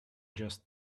just